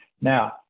Now